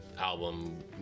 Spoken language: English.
album